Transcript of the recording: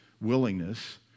willingness